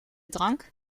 drank